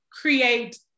create